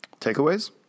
Takeaways